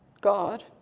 God